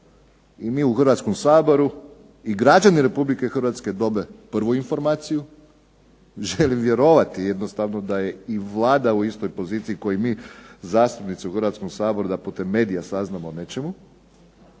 i mi u Hrvatskom saboru i građani Republike Hrvatske dobe prvu informaciju. Želim vjerovati jednostavno da je i Vlada u istoj poziciji kao i mi zastupnici u Hrvatskom saboru da putem medija saznamo o nečemu.